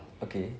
okay